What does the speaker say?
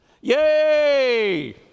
Yay